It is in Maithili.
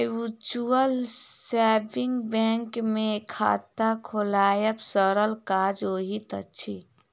म्यूचुअल सेविंग बैंक मे खाता खोलायब सरल काज होइत अछि